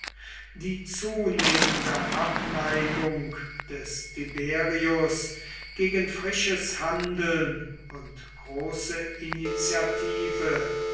die zunehmende abneigung des tiberius gegen frisches handeln und große initiative